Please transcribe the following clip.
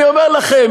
אני אומר לכם,